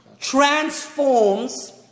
transforms